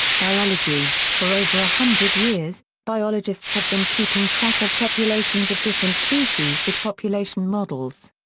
biology for over a hundred years, biologists have been keeping track of populations of different species with population models.